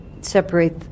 separate